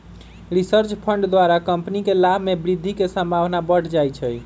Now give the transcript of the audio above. research fund द्वारा company के लाभ में वृद्धि के संभावना बढ़ जाइ छइ